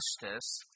justice